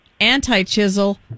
anti-chisel